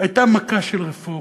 הייתה מכה של רפורמות: